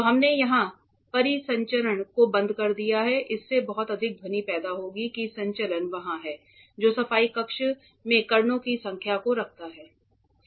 तो हमने यहां परिसंचरण को बंद कर दिया है इससे बहुत अधिक ध्वनि पैदा होगी कि संचलन वह है जो सफाई कक्ष में कणों की संख्या को रखता है